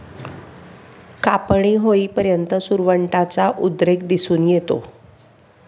कापणी होईपर्यंत सुरवंटाचा उद्रेक दिसून येतो